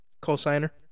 Co-signer